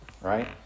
right